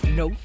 no